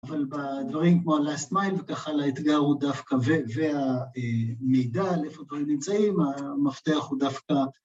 אבל בדברים כמו הלאסט מייל וככה, האתגר הוא דווקא והמידע איפה הדברים נמצאים, המפתח הוא דווקא